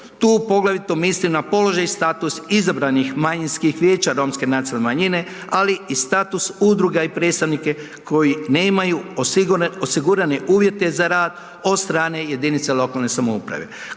Tu poglavito mislim da položaj i status izabranih manjinskih vijeća romske nacionalne manjine, ali i status udruga i predstavnike koji nemaju osigurane uvjete za rad od strane jedinica lokalne samouprave.